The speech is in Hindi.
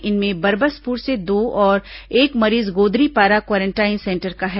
इनमें बरबसपुर से दो और एक मरीज गोदरीपारा क्वारेंटाइन सेंटर का है